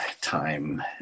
time